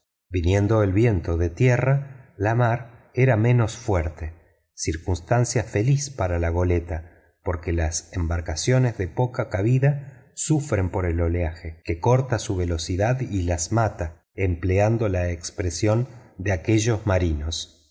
viniendo el viento de tierra la mar era menos fuerte circunstancia feliz para la goleta porque las embarcaciones de poca cabida sufren por el oleaje que corta su velocidad y las mata empleando la expresión de aquellos marinos